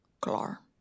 Clar